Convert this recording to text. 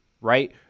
Right